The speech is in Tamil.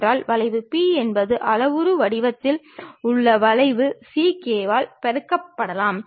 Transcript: மற்றொன்று ப்ரொபைல் தளம் கிடைமட்ட தளம் செங்குத்து தளம் என்று அழைக்கப்படுகிறது